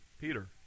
Peter